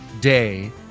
day